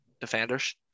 defenders